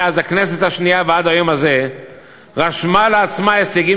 מאז הכנסת השנייה ועד היום הזה רשמה לעצמה הישגים